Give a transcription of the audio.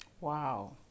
Wow